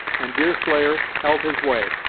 and deerslayer held his way,